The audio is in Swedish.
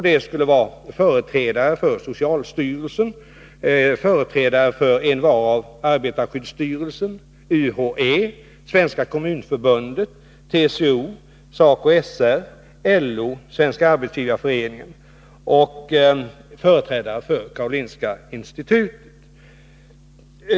Den skulle ha företrädare för socialstyrelsen, envar av arbetarskyddsstyrelsen, UHÄ, Svenska kommunförbundet, TCO, SACO/SR, LO, Svenska arbetsgivareföreningen och Karolinska institutet.